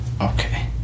Okay